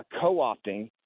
co-opting